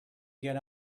get